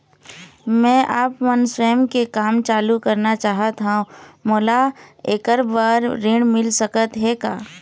मैं आपमन स्वयं के काम चालू करना चाहत हाव, मोला ऐकर बर ऋण मिल सकत हे का?